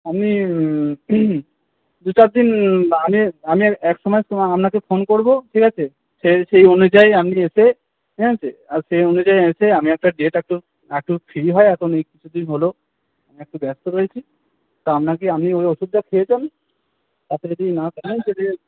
আমি দু চার দিন আমি আমি একসময় আপনাকে ফোন করবো ঠিক আছে সেই সেই অনুযায়ী আপনি এসে ঠিক আছে সেই অনুযায়ী এসে আমি আপনার একটু একটু ফ্রি হই এখন এই কিছুদিন হল আমি একটু ব্যস্ত রয়েছি তা আপনাকে আমি ওই ওষুধটা খেয়ে যান তাতে যদি না কমে তাহলে